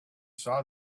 saw